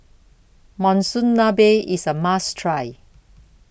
Monsunabe IS A must Try